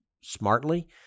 smartly